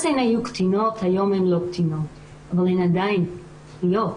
אז הן היו קטינות והיום אין לא קטינות אבל הן עדיין פגיעות.